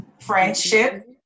friendship